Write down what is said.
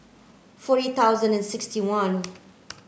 forty thousand and sixty one